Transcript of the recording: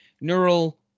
neural